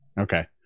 Okay